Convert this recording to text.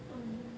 um